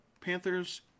panthers